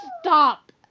Stop